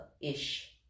ish